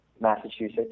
Massachusetts